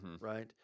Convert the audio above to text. right